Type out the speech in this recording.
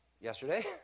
yesterday